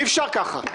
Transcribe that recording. אי-אפשר ככה.